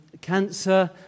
cancer